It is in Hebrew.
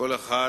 כל אחד,